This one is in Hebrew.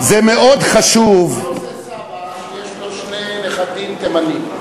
מה עושה סבא שיש לו שני נכדים תימנים,